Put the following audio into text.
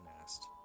asked